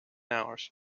hours